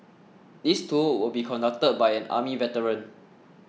this tour will be conducted by an army veteran